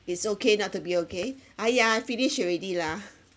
it's okay not to be okay !aiya! I finish already lah